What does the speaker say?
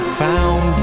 found